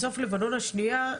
בסוף לבנון השנייה,